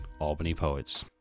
albanypoets